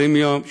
20 יום,